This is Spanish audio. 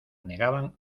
negaban